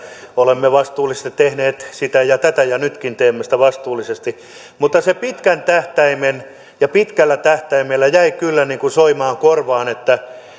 olemme vastuullisesti tehneet sitä ja tätä ja nytkin teemme sitä vastuullisesti mutta se pitkän tähtäimen ja pitkällä tähtäimellä jäi kyllä soimaan korvaan